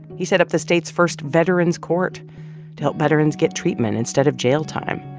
he set up the state's first veterans court to help veterans get treatment instead of jail time.